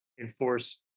enforce